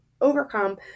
overcome